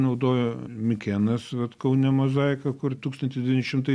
naudojo mikėnas vat kaune mozaika kur tūkstantis devyni šimtai